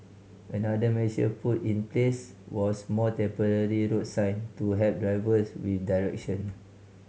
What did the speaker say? another measure put in place was more temporary road sign to help drivers with direction